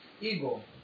ego